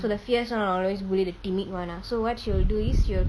so the fierce one will always bully the timid one ah so what she will do is she will